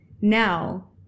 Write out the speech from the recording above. now